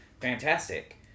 Fantastic